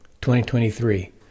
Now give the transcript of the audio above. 2023